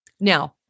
Now